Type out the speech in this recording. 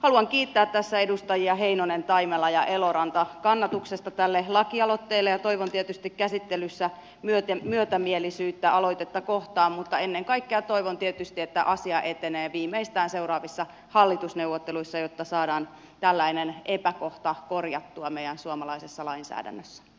haluan kiittää tässä edustajia heinonen taimela ja eloranta kannatuksesta tälle lakialoitteelle ja toivon tietysti käsittelyssä myötämielisyyttä aloitetta kohtaan mutta ennen kaikkea toivon tietysti että asia etenee viimeistään seuraavissa hallitusneuvotteluissa jotta saadaan tällainen epäkohta korjattua meidän suomalaisessa lainsäädännössämme